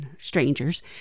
strangers